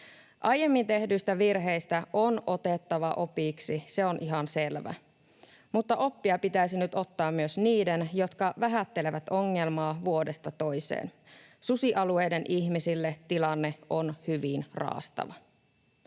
Aiemmin tehdyistä virheistä on otettava opiksi, se on ihan selvä, mutta oppia pitäisi nyt ottaa myös niiden, jotka vähättelevät ongelmaa vuodesta toiseen. Susialueiden ihmisille tilanne on hyvin raastava.